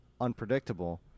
unpredictable